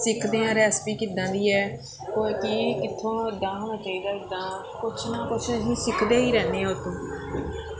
ਸਿੱਖਦੇ ਹਾਂ ਰੈਸਪੀ ਕਿੱਦਾਂ ਦੀ ਹੈ ਉਹ ਕੀ ਕਿੱਥੋਂ ਇੱਦਾਂ ਹੋ ਕੇ ਜਾਂ ਕਿੱਦਾਂ ਕੁਛ ਨਾ ਕੁਛ ਅਸੀਂ ਸਿੱਖਦੇ ਹੀ ਰਹਿੰਦੇ ਹਾਂ ਉਸ ਤੋਂ